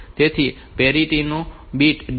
તેથી પેરીટી નો bit D આમાં છે